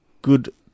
good